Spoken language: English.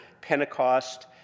Pentecost